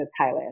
Thailand